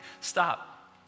Stop